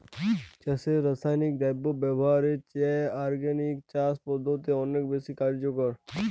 চাষে রাসায়নিক দ্রব্য ব্যবহারের চেয়ে অর্গানিক চাষ পদ্ধতি অনেক বেশি কার্যকর